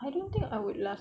I don't think I would last